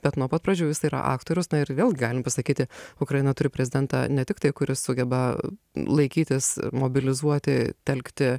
bet nuo pat pradžių jis yra aktorius na ir vėlgi galim pasakyti ukraina turi prezidentą ne tiktai kuris sugeba laikytis mobilizuoti telkti